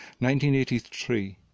1983